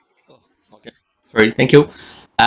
okay sorry thank you uh